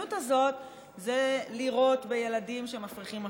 שהמדיניות הזאת זה לירות בילדים שמפריחים עפיפונים,